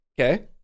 Okay